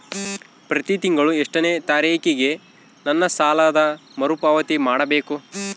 ಪ್ರತಿ ತಿಂಗಳು ಎಷ್ಟನೇ ತಾರೇಕಿಗೆ ನನ್ನ ಸಾಲದ ಮರುಪಾವತಿ ಮಾಡಬೇಕು?